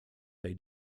tej